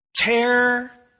tear